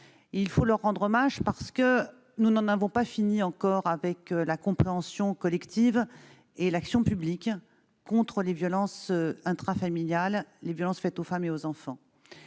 Il faut leur rendre hommage, parce que nous n'en avons pas encore fini avec la compréhension collective du phénomène et avec l'action publique contre les violences intrafamiliales, contre les violences faites aux femmes et aux enfants.